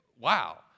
wow